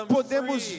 podemos